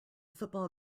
football